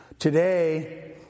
Today